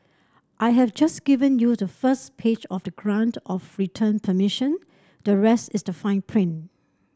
I have just given you the first page of the grant of return permission the rest is the fine print